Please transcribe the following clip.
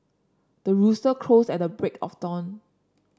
the rooster crows at the break of dawn